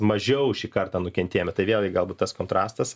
mažiau šį kartą nukentėjome tai vėlgi galbūt tas kontrastas